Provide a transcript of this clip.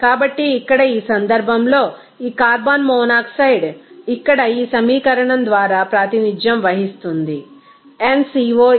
కాబట్టి ఇక్కడ ఈ సందర్భంలో ఈ కార్బన్ మోనాక్సైడ్ ఇక్కడ ఈ సమీకరణం ద్వారా ప్రాతినిధ్యం వహిస్తుంది nCO 1